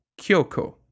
Kyoko